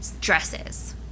Dresses